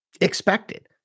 expected